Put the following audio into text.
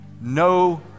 No